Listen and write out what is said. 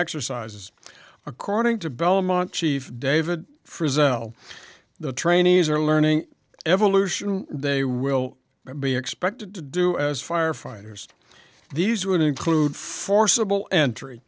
exercises according to belmont chief david frisell the trainees are learning evolution they will be expected to do as firefighters these would include forcible entry